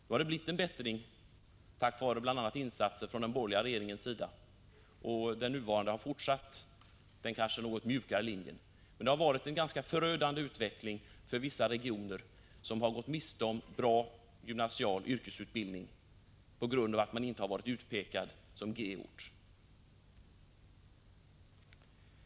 Nu har det blivit en bättring, bl.a. tack vare insatser från den borgerliga regeringens sida, och den nuvarande regeringen har fortsatt på denna mjukare linje. Men det har varit en ganska förödande utveckling för vissa regioner som gått miste om bra gymnasial yrkesutbildning på grund av att man inte varit utpekad som gy-ort.